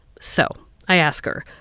so i ask her,